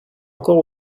encore